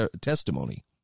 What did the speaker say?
testimony